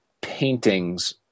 paintings